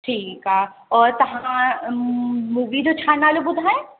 ठीकु आहे और तव्हां मूवी जो छा नालो ॿुधायो